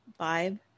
vibe